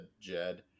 Jed